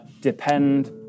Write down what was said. depend